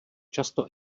často